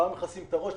פעם מכסים את הראש,